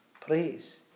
praise